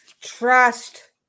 Trust